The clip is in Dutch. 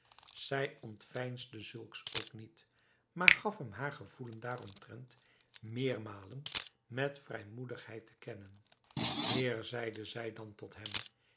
zij ontveinsde zulks ook niet maar gaf hem haar gevoelen daaromtrent meermalen met vrijmoedigheid te kennen heer zeide zij dan tot hem